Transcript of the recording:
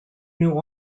new